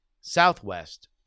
Southwest